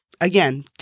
again